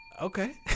Okay